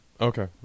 Okay